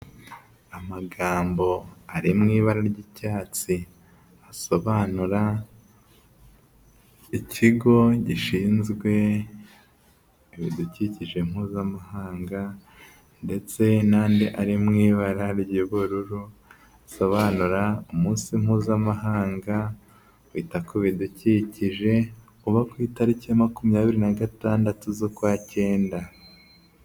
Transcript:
Amagambo ari mu ibara ry'icyatsi, asobanura Ikigo Gishinzwe Ibidukikije Mpuzamahanga ndetse n'andi ari mu ibara ry'ubururu, asobanura Umunsi Mpuzamahanga Wita ku Bidukikije, uba ku itariki ya makumyabiri na gatandatu z'ukwa cyenda.